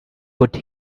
put